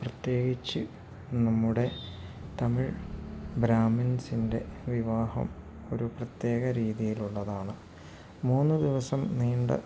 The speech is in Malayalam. പ്രത്യേകിച്ച് നമ്മുടെ തമിഴ് ബ്രാഹ്മിൻസിൻ്റെ വിവാഹം ഒരു പ്രത്യേക രീതിയിലുള്ളതാണ് മൂന്നു ദിവസം നീണ്ട